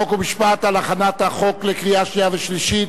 חוק ומשפט על הכנת החוק לקריאה שנייה ושלישית.